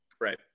right